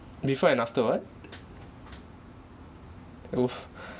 before and after what oh